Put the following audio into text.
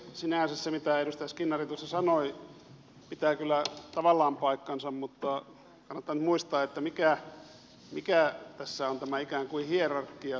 sinänsä se mitä edustaja skinnari tuossa sanoi pitää kyllä tavallaan paikkansa mutta kannattaa nyt muistaa mikä tässä on ikään kuin tämä hierarkia